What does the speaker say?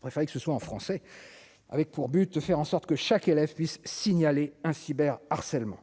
préféré que ce soit en français, avec pour but de faire en sorte que chaque élève puisse signaler un cyber harcèlement